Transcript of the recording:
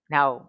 Now